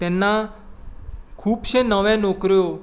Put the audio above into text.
तेन्ना खुबश्यो नव्यो नोकऱ्यो